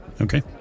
Okay